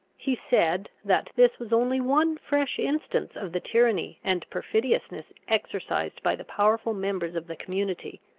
he said, that this was only one fresh instance of the tyranny and perfidiousness exercised by the powerful members of the community,